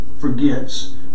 forgets